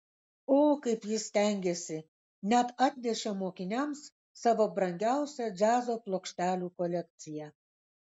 o kaip jis stengėsi net atnešė mokiniams savo brangiausią džiazo plokštelių kolekciją